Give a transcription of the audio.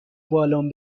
بالن